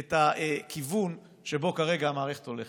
את הכיוון שבו כרגע המערכת הולכת.